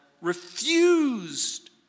refused